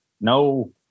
No